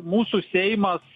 mūsų seimas